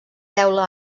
teula